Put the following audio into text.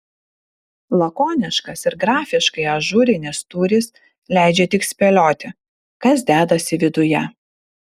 lakoniškas ir grafiškai ažūrinis tūris leidžia tik spėlioti kas dedasi viduje